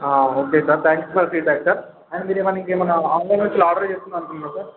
ఆ okay sir thank you for feedback sir and మీరు ఏమైనా ఇంకా ఏమైనా ఆన్లైన్లో నుంచి ఆర్డర్ చేసుకుందామని అనుకుంటున్నారా సార్